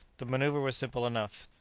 the manoeuvre was simple enough.